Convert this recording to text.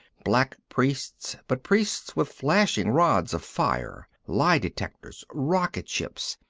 black priests, but priests with flashing rods of fire, lie detectors, rocket ships,